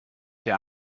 der